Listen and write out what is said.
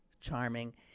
charming